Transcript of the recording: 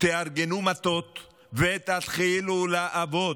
תארגנו מטות ותתחילו לעבוד.